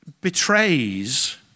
betrays